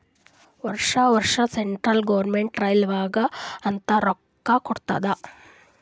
ವರ್ಷಾ ವರ್ಷಾ central government ರೈಲ್ವೇಗ ಅಂತ್ ರೊಕ್ಕಾ ಕೊಡ್ತಾದ್